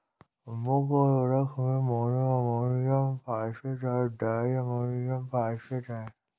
मुख्य उर्वरक में मोनो अमोनियम फॉस्फेट और डाई अमोनियम फॉस्फेट हैं